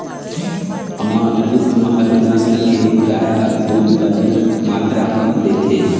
अमरितमहल नसल के गाय ह दूद बने मातरा म देथे